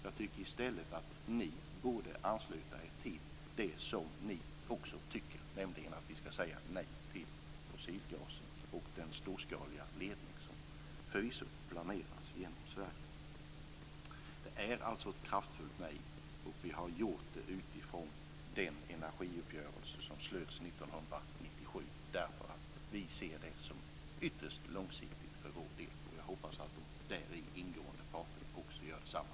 Jag tycker i stället att ni borde ansluta er till det som ni också tycker, nämligen att vi skall säga nej till fossilgasen och den storskaliga ledning som planeras genom Sverige. Det är alltså ett kraftfullt nej, och vi har kommit fram till det utifrån den energiuppgörelse som slöts 1997. Vi ser den nämligen som ytterst långsiktig för vår del, och jag hoppas att de andra ingående parterna gör detsamma.